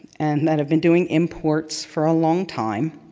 and that have been doing imports for a long time,